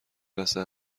لحظه